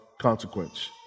consequence